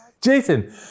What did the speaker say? Jason